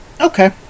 okay